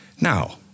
Now